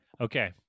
Okay